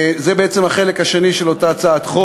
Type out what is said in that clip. זה, בעצם, החלק השני של אותה הצעת חוק.